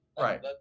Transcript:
Right